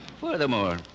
Furthermore